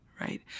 right